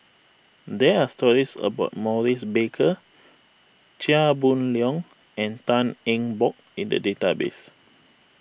there are stories about Maurice Baker Chia Boon Leong and Tan Eng Bock in the database